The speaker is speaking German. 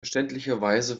verständlicherweise